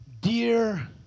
Dear